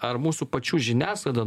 ar mūsų pačių žiniasklaida